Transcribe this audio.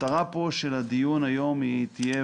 מטרת הדיון היום תהיה,